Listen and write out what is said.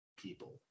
people